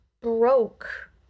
broke